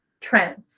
trends